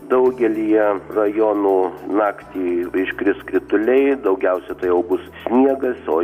daugelyje rajonų naktį iškris krituliai daugiausia tai jau bus sniegas o